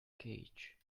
cage